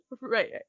right